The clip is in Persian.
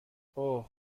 اوه